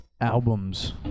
albums